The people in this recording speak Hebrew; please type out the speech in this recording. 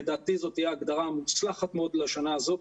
לדעתי זאת תהיה הגדרה מוצלחת מאוד לשנה הזאת